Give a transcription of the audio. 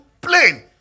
plane